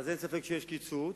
אז אין ספק שיש קיצוץ,